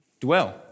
dwell